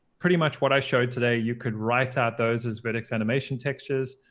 pretty much what i showed today you could write out those as vertex animation textures.